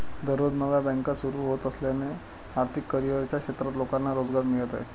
दररोज नव्या बँका सुरू होत असल्याने आर्थिक करिअरच्या क्षेत्रात लोकांना रोजगार मिळत आहे